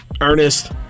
Ernest